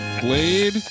Blade